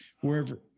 wherever